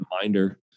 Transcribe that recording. reminder